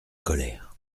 colère